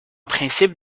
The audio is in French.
principe